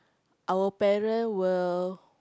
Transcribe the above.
our parent will